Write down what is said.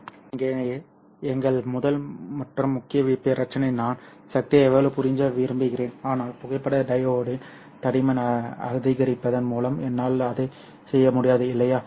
எனவே இங்கே எங்கள் முதல் மற்றும் முக்கிய பிரச்சனை நான் சக்தியை எவ்வளவு உறிஞ்ச விரும்புகிறேன் ஆனால் புகைப்பட டையோடின் தடிமன் அதிகரிப்பதன் மூலம் என்னால் அதைச் செய்ய முடியாது இல்லையா